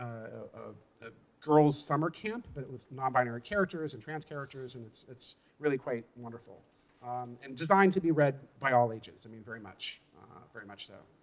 ah a girl's summer camp, but with non-binary characters and trans characters, and it's it's really quite wonderful and designed to be read by all ages, i mean, very much very much so.